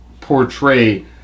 portray